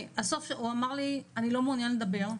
הוא אמר לי: אני לא מעוניין לדבר.